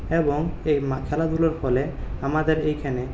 এবং এই মা খেলাধুলোর ফলে আমাদের এইখানে